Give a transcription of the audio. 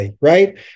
right